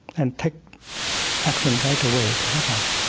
and take action right away to help us